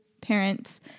parents